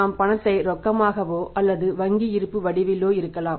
நாம் பணத்தை ரொக்கமாகவோ அல்லது வங்கி இருப்பு வடிவிலோ இருக்கலாம்